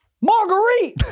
Marguerite